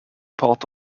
part